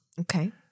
Okay